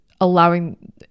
allowing